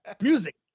music